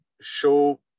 show